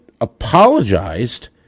apologized